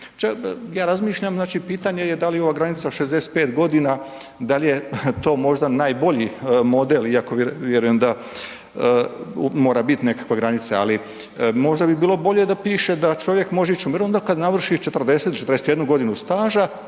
ja razmišljam, znači pitanje je da li ova granica 65 godina, da li je to možda najbolji model iako vjerujem da mora biti nekakva granica, ali možda bi bilo bolje da piše da čovjek može ići u mirovinu kad navrši 40 ili 41 godinu staža,